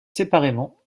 séparément